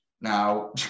Now